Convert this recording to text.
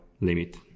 limit